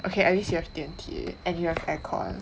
okay at least you have 电梯 and you have air con